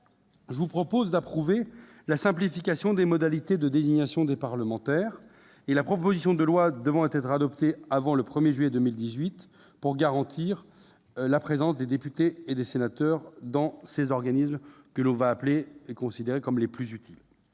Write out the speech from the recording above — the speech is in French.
Je vous propose d'approuver la simplification des modalités de désignation des parlementaires. La proposition de loi doit être adoptée avant le 1 juillet 2018 pour garantir la présence de députés et de sénateurs dans les organismes extraparlementaires que nous pouvons considérer comme étant les plus utiles.